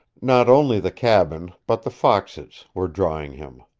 not only the cabin, but the foxes, were drawing him.